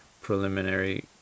preliminary